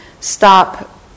stop